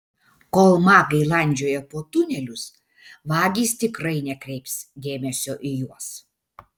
kol magai landžioja po tunelius vagys tikrai nekreips dėmesio į juos